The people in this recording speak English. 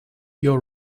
your